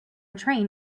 train